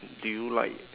do you like